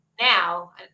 now